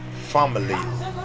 family